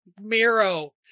Miro